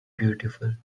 beautiful